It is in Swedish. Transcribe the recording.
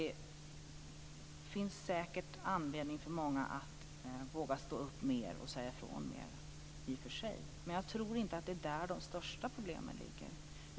Ja, i och för sig finns det säkert anledning för många att våga stå upp mer och säga ifrån mer. Men jag tror inte att det är där som de största problemen finns.